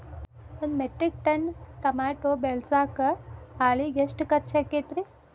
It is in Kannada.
ಒಂದು ಮೆಟ್ರಿಕ್ ಟನ್ ಟಮಾಟೋ ಬೆಳಸಾಕ್ ಆಳಿಗೆ ಎಷ್ಟು ಖರ್ಚ್ ಆಕ್ಕೇತ್ರಿ?